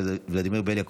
ולדימיר בליאק,